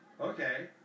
Okay